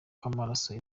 kw’amaraso